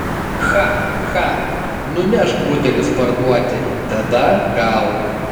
cha cha nunešk butelius parduoti tada gal